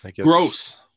Gross